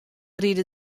ride